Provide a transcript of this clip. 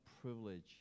privilege